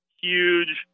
huge